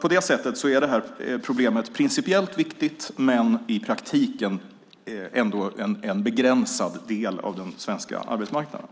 På det sättet är det här problemet principiellt viktigt men gäller i praktiken ändå en begränsad del av den svenska arbetsmarknaden.